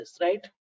right